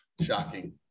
Shocking